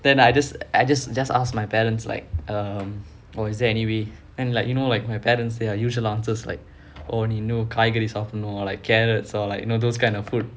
then I just I just just asked my parents like um oh is there any way and then you know like my parents their usual answers like நீ இன்னும் காய்க்காரி சாப்பிடணும்:nee innum kaaikari saapdanum or like carrots or like you know those kind of food